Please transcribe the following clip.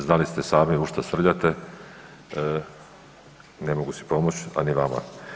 Znali ste sami u što srljate, ne mogu si pomoć, a ni vama.